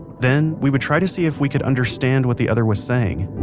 then we would try to see if we could understand what the other was saying.